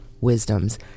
wisdoms